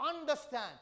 understand